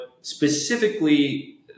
specifically